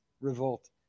revolt